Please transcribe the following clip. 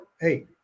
Hey